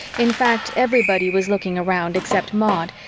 in fact, everybody was looking around except maud,